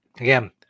Again